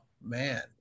Man